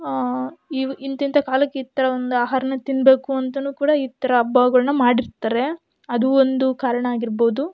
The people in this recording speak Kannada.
ಇವು ಇಂಥಿಂಥ ಕಾಲಕ್ಕೆ ಈ ಥರ ಒಂದು ಆಹಾರನ ತಿನ್ನಬೇಕು ಅಂತನೂ ಕೂಡ ಈ ಥರ ಹಬ್ಬಗಳ್ನ ಮಾಡಿರ್ತಾರೆ ಅದೂ ಒಂದು ಕಾರಣ ಆಗಿರ್ಬೊದು